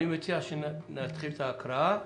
אני מציע שנתחיל את ההקראה בסעיפים.